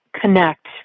connect